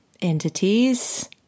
entities